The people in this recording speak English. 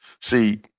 See